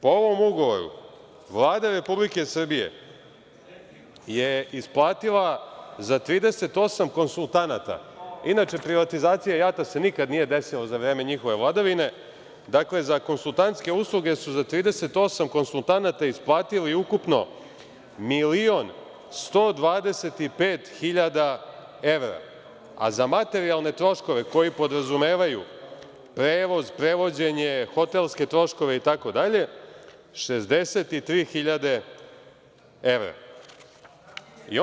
Po ovom ugovoru Vlada Republike Srbije je isplatila za 38 konsultanata, inače privatizacija „JAT-a“ se nikada nije desila za vreme njihove vladavine, dakle, za konsultantske usluge su za 38 konsultanata isplatili ukupno milion 125 hiljada evra, a za materijalne troškove koji podrazumevaju prevoz, prevođenje, hotelske troškove, itd. 63 hiljade evra.